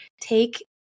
take